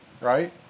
right